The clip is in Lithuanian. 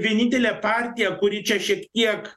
vienintelė partija kuri čia šiek tiek